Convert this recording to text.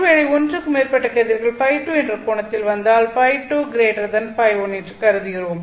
ஒரு வேளை ஒன்றுக்கும் மேற்பட்ட கதிர்கள் Ø2 என்ற கோணத்தில் வந்தால் Ø2Ø1 என்று கருதுகிறோம்